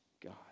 God